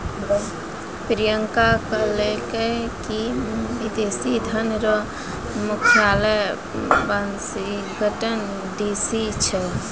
प्रियंका कहलकै की विदेशी धन रो मुख्यालय वाशिंगटन डी.सी छै